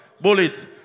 bullet